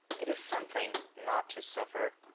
it is something not to suffer.